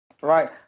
right